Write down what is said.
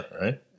right